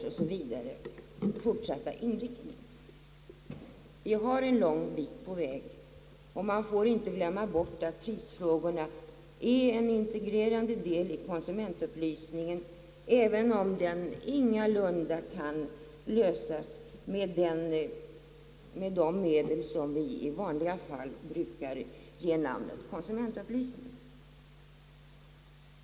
Vi har ännu inte lång väg kvar till detta nationalekonomiska växelspel men man får inte glömma att de här frågorna utgör en integrerande del av konsumentupplysningen, även om den ingalunda kan klaras med de medel som vi i vanliga fall brukar ge namnet konsumentupplysning.